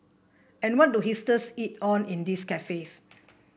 and what do hipsters eat on in these cafes